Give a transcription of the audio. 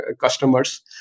customers